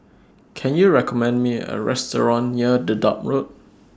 Can YOU recommend Me A Restaurant near Dedap Road